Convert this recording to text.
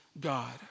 God